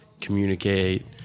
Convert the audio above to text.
communicate